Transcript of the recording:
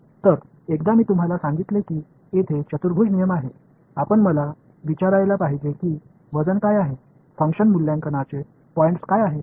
तर एकदा मी तुम्हाला सांगितले की येथे चतुर्भुज नियम आहे आपण मला विचारायला पाहिजे की वजन काय आहे फंक्शन मूल्यांकनाचे पॉईंट्स काय आहेत